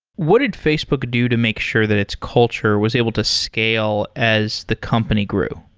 what did facebook do to make sure that its culture was able to scale as the company grew?